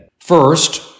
First